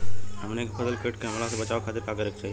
हमनी के फसल के कीट के हमला से बचावे खातिर का करे के चाहीं?